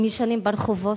הם ישנים ברחובות.